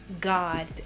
god